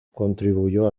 contribuyó